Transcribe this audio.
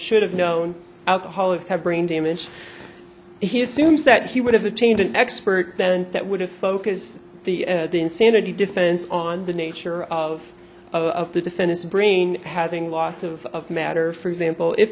should've known alcoholics have brain damage he assumes that he would have attained an expert then that would have focused the insanity defense on the nature of of the defendant's brain having loss of matter for example if